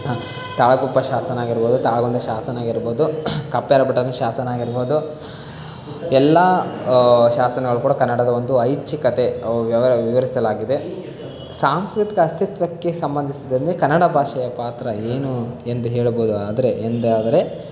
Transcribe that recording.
ತಾಳಗುಪ್ಪ ಶಾಸನ ಆಗಿರ್ಬೋದು ತಾಳಗುಂದ ಶಾಸನ ಆಗಿರ್ಬೋದು ಕಪ್ಪೆ ಅರಭಟ್ಟನ ಶಾಸನ ಆಗಿರ್ಬೋದು ಎಲ್ಲ ಶಾಸನಗಳು ಕೂಡ ಕನ್ನಡದ ಒಂದು ಐಚ್ಛಿಕತೆ ವ್ಯವರ್ ವಿವರಿಸಲಾಗಿದೆ ಸಾಂಸ್ಕೃತಿಕ ಅಸ್ತಿತ್ವಕ್ಕೆ ಸಂಬಂಧಿಸಿದಲ್ಲಿ ಕನ್ನಡ ಭಾಷೆಯ ಪಾತ್ರ ಏನು ಎಂದು ಹೇಳಬಹುದು ಆದರೆ ಎಂದಾದರೆ